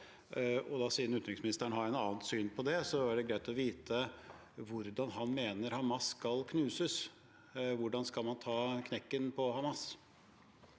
Siden utenriksministeren har et annet syn på det, er det greit å vite hvordan han mener Hamas skal knuses. Hvordan skal man ta knekken på Hamas?